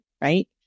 right